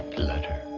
letter.